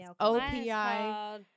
opi